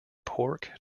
pork